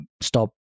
stop